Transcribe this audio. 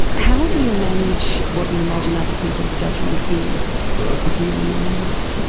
how do you manage what you imagine other people's judgment is of you and your illness?